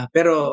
Pero